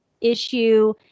issue